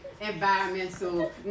Environmental